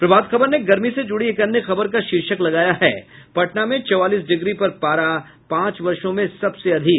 प्रभात खबर ने गर्मी से जुड़ी एक अन्य खबर का शीर्षक लगाया है पटना में चौवालीस डिग्री पर पारा पांच वर्षों में सबसे अधिक